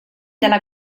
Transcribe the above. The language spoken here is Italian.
della